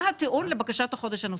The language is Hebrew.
מה הטיעון לבקשת החודש הנוסף?